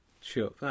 sure